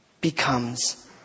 Becomes